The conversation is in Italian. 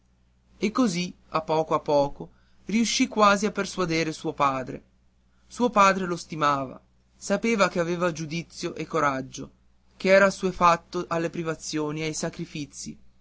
e così a poco a poco riuscì quasi a persuadere suo padre suo padre lo stimava sapeva che aveva giudizio e coraggio che era assuefatto alle privazioni e ai sacrifici